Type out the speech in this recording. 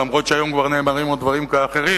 אף-על-פי שהיום נאמרים גם דברים אחרים,